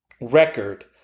record